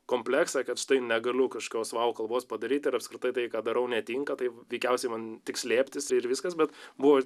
kompleksą kad negaliu kažkokios vau kalbos padaryti ir apskritai tai ką darau netinka tai veikiausiai man tik slėptis ir viskas bet buvo